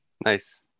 Nice